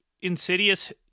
insidious